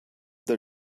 the